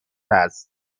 است